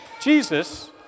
Jesus